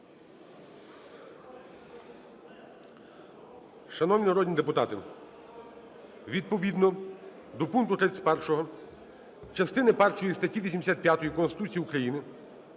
Шановні народні депутати, відповідно до пункту 31 частини першої статті 85 Конституції України,